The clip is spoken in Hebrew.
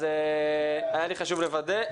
אז היה לי חשוב לוודא.